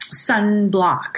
sunblock